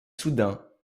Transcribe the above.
soudain